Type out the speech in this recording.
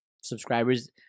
subscribers